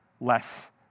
less